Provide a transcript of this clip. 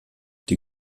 die